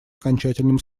окончательным